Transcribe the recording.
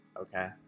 okay